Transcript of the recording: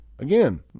Again